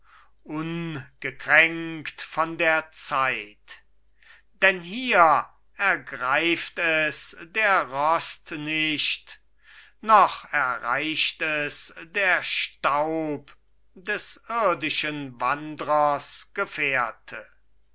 ungekränkt von der zeit denn hier ergreift es der rost nicht noch erreicht es der staub des irdischen wandrers gefährte